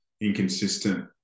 inconsistent